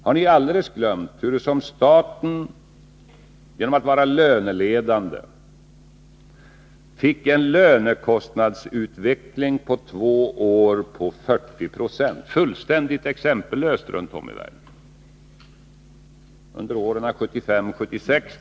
Har ni alldeles glömt hurusom staten genom att vara löneledande på två år, 1975-1976, åstadkom en lönekostnadsutveckling på 40 90 — fullständigt exempellöst, om man ser sig om i världen.